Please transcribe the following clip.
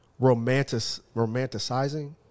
romanticizing